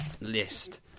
list